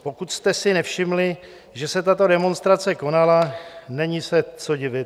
Pokud jste si nevšimli, že se tato demonstrace konala, není se co divit.